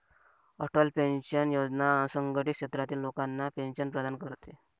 Atal pension योजना असंघटित क्षेत्रातील लोकांना पेन्शन प्रदान करते